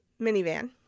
minivan